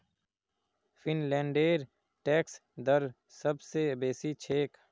फिनलैंडेर टैक्स दर सब स बेसी छेक